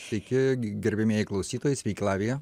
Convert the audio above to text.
sveiki gerbiamieji klausytojai sveiki lavija